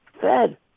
Fed